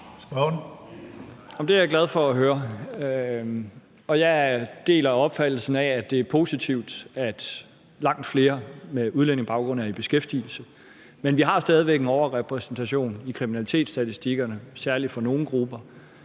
Det er jeg glad for at høre. Jeg deler opfattelsen af, at det er positivt, at langt flere med udlændingebaggrund er i beskæftigelse, men vi har stadig væk en overrepræsentation i kriminalitetsstatistikkerne, særlig for nogle grupper,